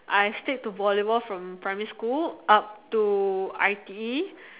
I stick to volleyball from primary school up to I_T_E